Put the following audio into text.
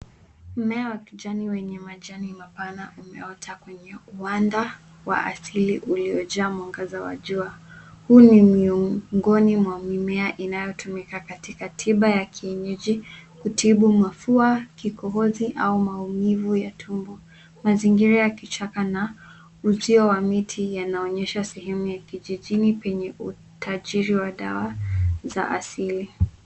Mime wa kijani wenye majani mapana umeota kwenye uwanda wa asili uliojaa mwangaza wa jua, huu ni miongoni mwa inayotumika katika tiba ya kienyeji kutibu mafua ,kikohozi au maumivu ya tumbo ,mazingira ya kichaka na uzio wa miti yanaonyesha sehemu ya kijijini kwenye utajiri wa dawa za asili.